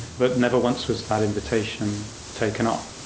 but never once was that invitation taken up.